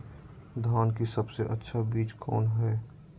धान की सबसे अच्छा बीज कौन है?